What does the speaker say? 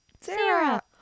Sarah